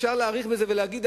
אפשר להאריך בזה ולהגיד,